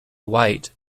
white